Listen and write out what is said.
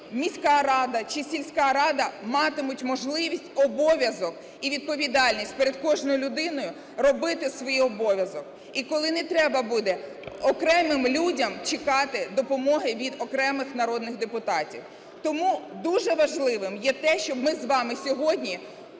міська рада чи сільська рада матимуть можливість, обов'язок і відповідальність перед кожною людиною робити свій обов'язок. І коли не треба буде окремим людям чекати допомоги від окремих народних депутатів. Тому дуже важливим є те, щоб ми з вами сьогодні